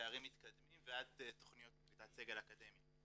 תארים מתקדמים ועד תכניות לקליטת סגל אקדמי.